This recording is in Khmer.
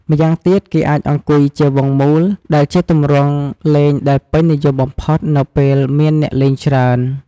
ម្យ៉ាងទៀតគេអាចអង្គុយជាវង់មូល ដែលជាទម្រង់លេងដែលពេញនិយមបំផុតនៅពេលមានអ្នកលេងច្រើន។